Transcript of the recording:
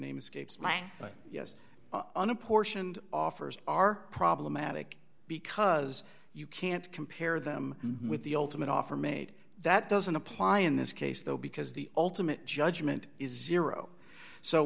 name escapes my yes on apportioned offers are problematic because you can't compare them with the ultimate offer mate that doesn't apply in this case though because the ultimate judgment is zero so